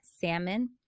salmon